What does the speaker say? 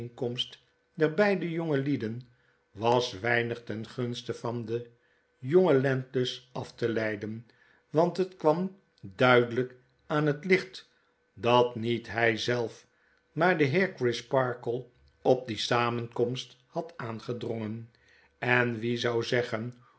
der beide jongelieden was weinig ten gunste van den jongen landless af te leiden want het kwam duidelyk aan het licht dat niet hy zelf maar de heer crisparkle op die samenkomst had aangedrongen en wie zou zeggen